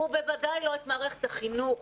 בוודאי לא את מערכת החינוך.